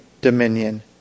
dominion